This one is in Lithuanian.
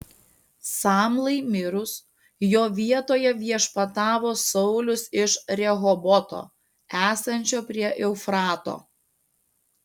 samlai mirus jo vietoje viešpatavo saulius iš rehoboto esančio prie eufrato